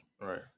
right